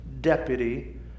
deputy